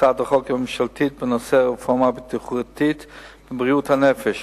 הצעת החוק הממשלתית בנושא הרפורמה הביטוחית בבריאות הנפש.